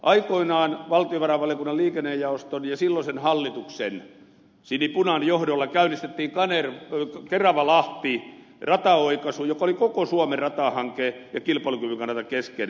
aikoinaan valtiovarainvaliokunnan liikennejaoston ja silloisen hallituksen sinipunan johdolla käynnistettiin keravalahti rataoikaisu joka oli koko suomen ratahanke ja kilpailukyvyn kannalta keskeinen